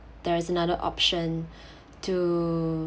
there is another option to